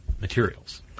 materials